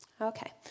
Okay